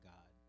God